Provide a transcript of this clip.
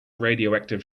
radioactive